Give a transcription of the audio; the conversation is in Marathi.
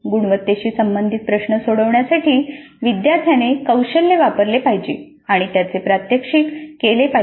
गुणवत्तेशी संबंधित प्रश्न सोडवण्यासाठी विद्यार्थ्याने कौशल्य वापरले पाहिजे आणि त्याचे प्रात्यक्षिक केले पाहिजे